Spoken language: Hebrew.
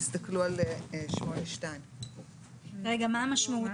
תסתכלו על 8(2). מה המשמעות